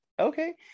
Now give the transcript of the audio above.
Okay